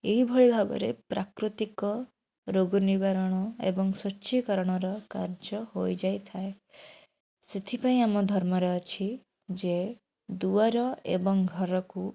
ଏହିଭଳି ଭାବରେ ପ୍ରାକୃତିକ ରୋଗ ନିବାରଣ ଏବଂ ସ୍ଵଚ୍ଛ କରଣର କାର୍ଯ୍ୟ ହୋଇଯାଇଥାଏ ସେଥିପାଇଁ ଆମ ଧର୍ମରେ ଅଛି ଯେ ଦୁଆର ଏବଂ ଘରକୁ